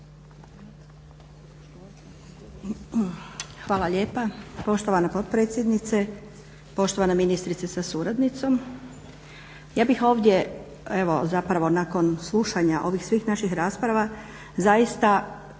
Hvala lijepa poštovana potpredsjednice, poštovana ministrice sa suradnicom. Ja bih ovdje, evo zapravo nakon slušanja ovih svih naših rasprava zaista